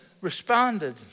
responded